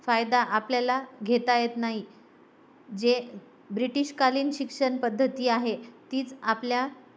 फायदा आपल्याला घेता येत नाही जे ब्रिटिशकालीन शिक्षण पद्धती आहे तीच आपल्या